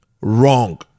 Wrong